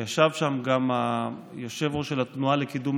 וישב שם גם היושב-ראש של התנועה לאיכות,